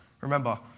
Remember